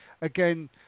again